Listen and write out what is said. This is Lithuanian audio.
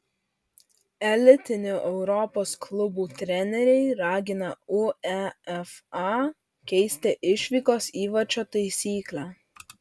elitinių europos klubų treneriai ragina uefa keisti išvykos įvarčio taisyklę